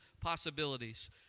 possibilities